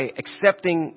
accepting